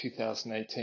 2018